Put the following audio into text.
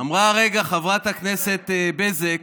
אמרה הרגע חברת הכנסת בזק,